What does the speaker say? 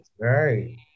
Right